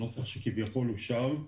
הנוסח שכביכול אושר.